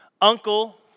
uncle